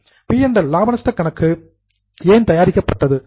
B and L account லாப நஷ்ட கணக்கு ஏன் தயாரிக்கப்பட்டது